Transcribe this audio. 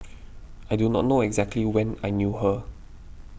I do not know exactly when I knew her